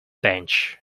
bench